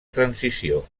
transició